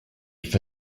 for